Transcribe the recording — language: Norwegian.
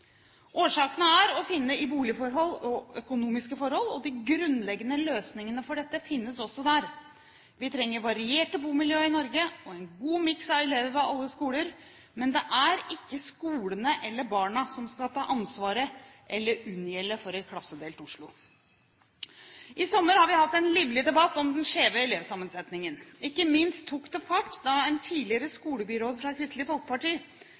Årsakene er å finne i boligforhold og økonomiske forhold, og de grunnleggende løsningene for dette finnes også der. Vi trenger varierte bomiljø i Norge og en god miks av elever ved alle skoler, men det er ikke skolene eller barna som skal ta ansvaret eller unngjelde for et klassedelt Oslo. I sommer har vi hatt en livlig debatt om den skjeve elevsammensetningen. Ikke minst tok det fart da en tidligere skolebyråd fra Kristelig Folkeparti